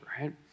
Right